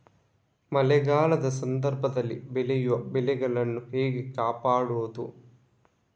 ಮಳೆಗಾಲದ ಸಂದರ್ಭದಲ್ಲಿ ಬೆಳೆಯುವ ಬೆಳೆಗಳನ್ನು ಹೇಗೆ ಕಾಪಾಡೋದು?